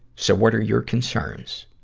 so what are your concerns?